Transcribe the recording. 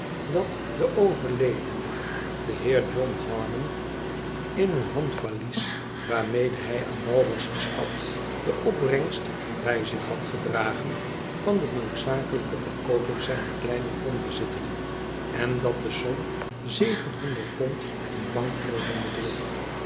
dat de overledene de heer john harmon in een handvalies waarmede hij aan wal was gestapt de opbrengst bij zich had gedragen van de noodzakelijke verkooping zijner kleine grondbezitting en dat de som zevenhonderd pond in lümknoten bedroeg